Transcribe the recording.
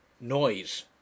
Noise